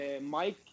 Mike